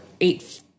eight